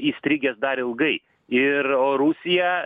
įstrigęs dar ilgai ir o rusija